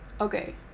okay